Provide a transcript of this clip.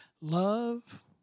Love